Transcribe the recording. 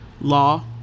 Law